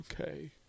okay